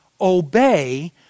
obey